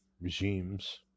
regimes